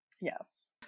Yes